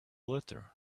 letter